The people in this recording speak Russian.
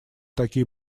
такие